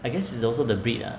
I guess it's also the breed lah